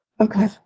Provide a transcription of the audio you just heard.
Okay